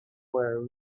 were